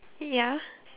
ya